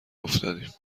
افتادیم